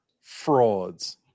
frauds